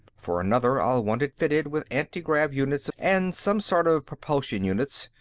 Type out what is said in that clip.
for another, i'll want it fitted with antigrav units and some sort of propulsion-units,